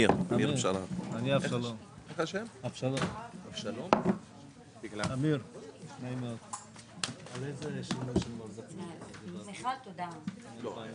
14:00.